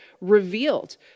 revealed